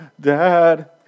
Dad